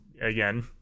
again